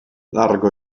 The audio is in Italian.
largo